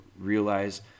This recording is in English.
realize